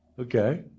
Okay